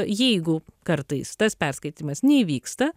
jeigu kartais tas perskaitymas neįvyksta